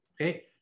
okay